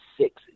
six